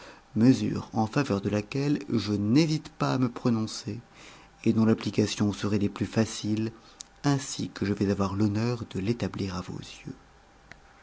mesure en faveur de laquelle je n'hésite pas à me prononcer et dont l'application serait des plus faciles ainsi que je vais avoir l'honneur de l'établir à vos yeux